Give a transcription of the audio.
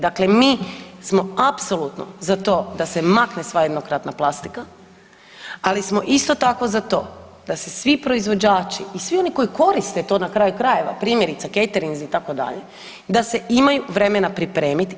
Dakle, mi smo apsolutno za to da se makne sva jednokratna plastika, ali smo isto tako za to da se svi proizvođači i svi oni koji koriste to na kraju krajeva, primjerice caterinzi itd., da se imaju vremena pripremit.